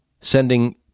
sending